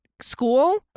school